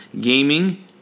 gaming